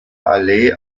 allee